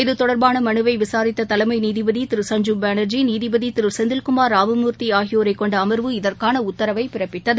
இதுதொடர்பான மனுவை விசாரித்த தலைமை நீதிபதி திரு சுஞ்சீவ் பானர்ஜி நீதிபதி திரு செந்தில்குமார் ராமமூர்த்தி ஆகியோரை கொண்ட அமர்வு இதற்கான உத்தரவை பிறப்பித்தது